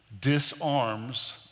disarms